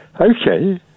Okay